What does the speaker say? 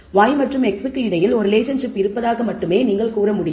y மற்றும் x க்கு இடையில் ஒரு ரிலேஷன்ஷிப் இருப்பதாக மட்டுமே நீங்கள் கூற முடியும்